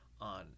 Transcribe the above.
on